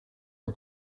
are